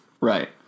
Right